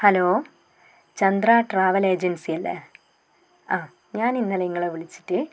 hello Chandra travel agency അല്ലേ ആ ഞാൻ ഇന്നലെ ഇങ്ങളെ വിളിച്ചിട്ട്